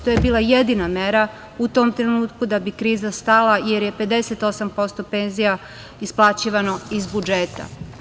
To je bila jedina mera u tom trenutku da bi kriza stala, jer je 58% penzija isplaćivano iz budžeta.